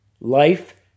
life